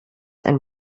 and